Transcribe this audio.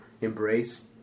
embrace